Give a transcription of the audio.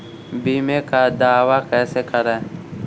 बीमे का दावा कैसे करें?